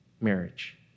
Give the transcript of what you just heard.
Marriage